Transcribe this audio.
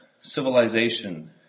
civilization